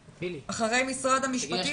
להתייחס.